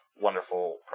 wonderful